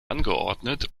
angeordnet